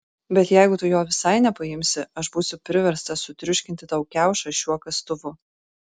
bet jeigu tu jo visai nepaimsi aš būsiu priverstas sutriuškinti tau kiaušą šiuo kastuvu